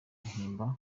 himbara